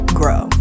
grow